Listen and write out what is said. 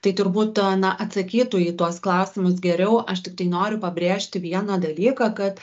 tai turbūt a na atsakytų į tuos klausimus geriau aš tiktai noriu pabrėžti vieną dalyką kad